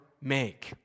make